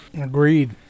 agreed